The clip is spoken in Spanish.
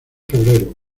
febrero